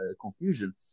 confusion